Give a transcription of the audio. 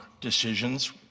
decisions